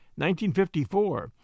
1954